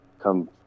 come